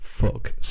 fuck